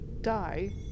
die